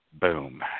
boom